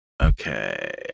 Okay